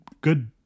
good